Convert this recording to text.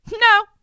No